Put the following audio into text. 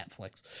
Netflix